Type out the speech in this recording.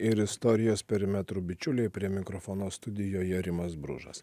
ir istorijos perimetro bičiuliai prie mikrofono studijoje rimas bružas